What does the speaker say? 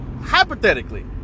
hypothetically